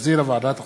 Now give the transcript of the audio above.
שהחזירה ועדת החוקה,